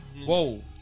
Whoa